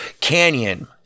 Canyon